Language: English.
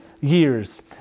years